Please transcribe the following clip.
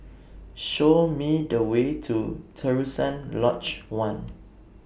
Show Me The Way to Terusan Lodge one